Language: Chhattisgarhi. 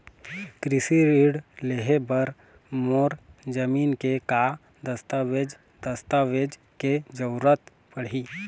कृषि ऋण लेहे बर मोर जमीन के का दस्तावेज दस्तावेज के जरूरत पड़ही?